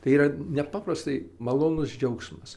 tai yra nepaprastai malonus džiaugsmas